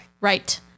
right